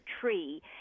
tree